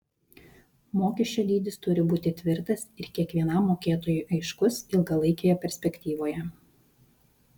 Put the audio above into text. mokesčio dydis turi būti tvirtas ir kiekvienam mokėtojui aiškus ilgalaikėje perspektyvoje